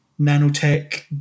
nanotech